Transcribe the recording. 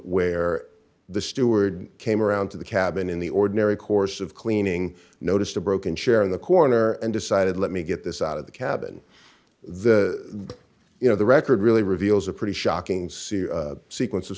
where the steward came around to the cabin in the ordinary course of cleaning noticed a broken chair in the corner and decided let me get this out of the cabin the you know the record really reveals a pretty shocking scene sequence of